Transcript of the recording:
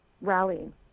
rallying